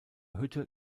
hütte